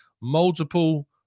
multiple